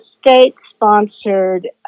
state-sponsored